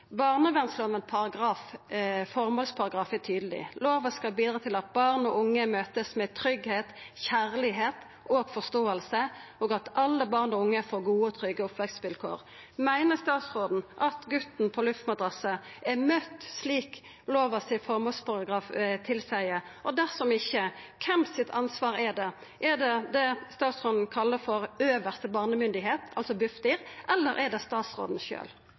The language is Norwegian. er tydeleg: «Loven skal bidra til at barn og unge møtes med trygghet, kjærlighet og forståelse og at alle barn og unge får gode og trygge oppvekstvilkår.» Meiner statsråden at guten på luftmadrassen er møtt slik formålsparagrafen i lova tilseier? Dersom ikkje: Kven sitt ansvar er det? Er det det statsråden kallar øvste barnemyndigheit, altså Bufdir, eller er det statsråden